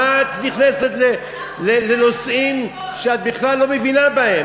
מה את נכנסת לנושאים שאת בכלל לא מבינה בהם?